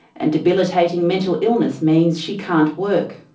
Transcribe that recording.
and debilitating mental illness means she can't work.